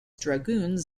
dragoons